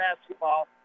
basketball